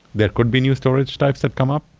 there could be new storage types that come up.